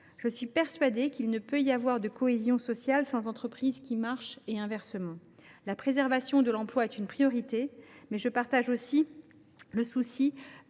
Je suis persuadée qu’il ne peut pas y avoir de cohésion sociale sans entreprises qui marchent, et inversement. La préservation de l’emploi est une priorité ! Je partage donc le souci